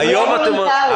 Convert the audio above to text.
הוא באכיפה.